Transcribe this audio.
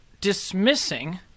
dismissing